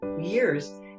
years